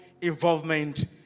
involvement